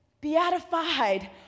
beatified